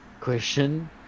question